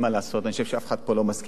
אני חושב שאף אחד פה לא מסכים עם האלימות,